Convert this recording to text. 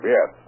Yes